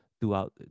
throughout